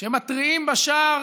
שמתריעים בשער